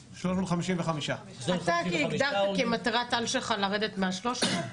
אתה הגדרת כמטרת על שלך לרדת מ-300?